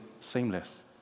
seamless